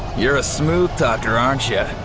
you're a smooth talker aren't yeah